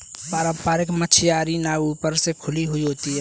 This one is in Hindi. पारम्परिक मछियारी नाव ऊपर से खुली हुई होती हैं